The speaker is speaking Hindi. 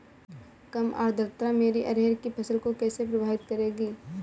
कम आर्द्रता मेरी अरहर की फसल को कैसे प्रभावित करेगी?